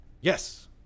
Yes